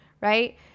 right